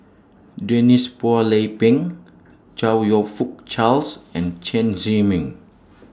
Denise Phua Lay Peng Chong YOU Fook Charles and Chen Zhiming